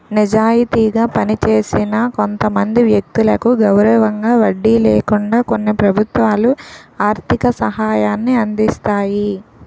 నిజాయితీగా పనిచేసిన కొంతమంది వ్యక్తులకు గౌరవంగా వడ్డీ లేకుండా కొన్ని ప్రభుత్వాలు ఆర్థిక సహాయాన్ని అందిస్తాయి